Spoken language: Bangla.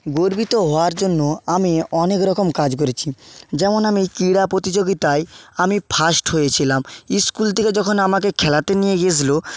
গর্বিত হওয়ার জন্য আমি অনেক রকম কাজ করেছি যেমন আমি ক্রীড়া প্রতিযোগিতায় আমি ফার্স্ট হয়েছিলাম স্কুল থেকে যখন আমাকে খেলাতে নিয়ে গেছিলো